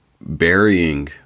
burying